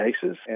cases